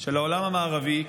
של העולם המערבי,